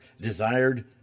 Desired